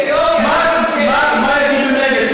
בתיאוריה, הם יגידו שהם נגד.